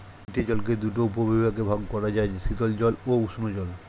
মিঠে জলকে দুটি উপবিভাগে ভাগ করা যায়, শীতল জল ও উষ্ঞ জল